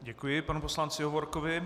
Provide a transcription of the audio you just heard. Děkuji panu poslanci Hovorkovi.